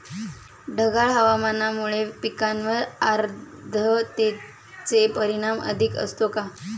ढगाळ हवामानामुळे पिकांवर आर्द्रतेचे परिणाम अधिक असतो का?